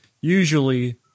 usually